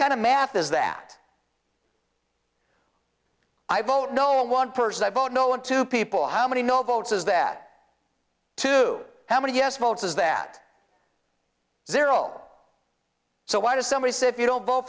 kind of math is that i vote no one person i vote no and two people how many no votes is that two how many yes votes is that zero so why does somebody say if you don't vote